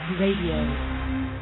Radio